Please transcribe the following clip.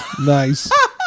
Nice